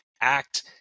act